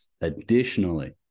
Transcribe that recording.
Additionally